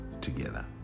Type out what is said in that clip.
together